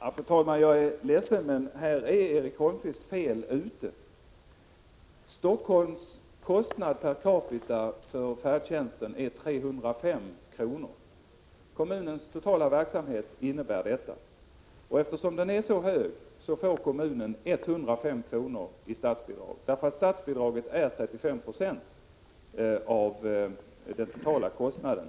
Fru talman! Jag är ledsen, men här är Erik Holmkvist fel ute. Stockholms kostnad per capita för färdtjänsten är 305 kr. Kommunens totala verksamhet medför detta. Eftersom kostnaden är så hög får kommunen 105 kr. i statsbidrag. Statsbidraget är nämligen 35 96 av den totala kostnaden.